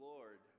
Lord